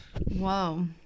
Whoa